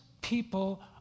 people